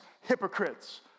hypocrites